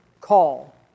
Call